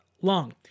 long